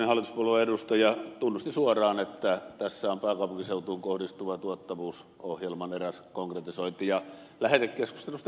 äskeinen hallituspuolueen edustaja tunnusti suoraan että tässä on pääkaupunkiseutuun kohdistuva tuottavuusohjelman eräs konkretisointi